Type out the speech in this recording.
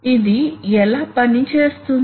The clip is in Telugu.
కాబట్టి కొన్ని ప్రశ్నలు ఉన్నాయి